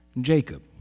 Jacob